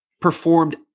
performed